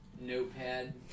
notepad